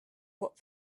what